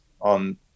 on